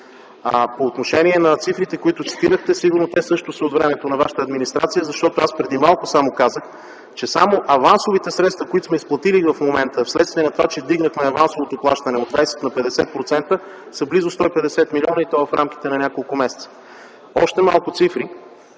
По отношение цифрите, които цитирахте, сигурно те също са от времето на вашата администрация, защото аз преди малко казах, че само авансовите средства, които сме изплатили в момента, вследствие на това, че вдигнахме авансовото плащане от 20 на 50%, са близо 150 милиона, и то в рамките на няколко месеца. ЧЕТИН КАЗАК